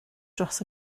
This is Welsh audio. dros